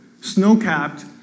snow-capped